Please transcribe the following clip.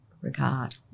regard